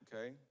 Okay